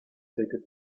stated